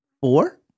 four